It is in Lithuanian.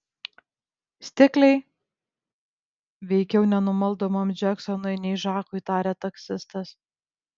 stikliai veikiau nenumaldomam džeksonui nei žakui tarė taksistas